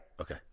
Okay